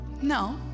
No